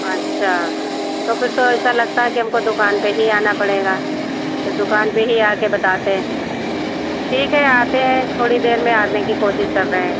अच्छा तो फिर तो ऐसा लगता है कि हमको दुकान पर ही आना पड़ेगा फिर दुकान पर ही आकर बताते हैं ठीक है आते हैं थोड़ी देर में आने की कोशिश कर रहे हैं